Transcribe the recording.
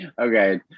okay